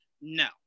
No